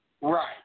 Right